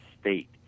state